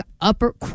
upper